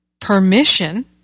permission